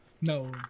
No